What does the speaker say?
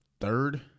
third